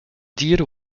dier